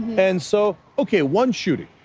and so okay, one shooting.